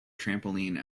trampoline